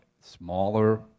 smaller